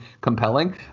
compelling